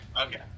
Okay